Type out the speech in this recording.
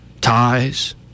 ties